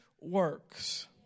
works